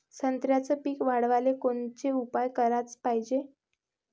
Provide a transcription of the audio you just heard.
संत्र्याचं पीक वाढवाले कोनचे उपाव कराच पायजे?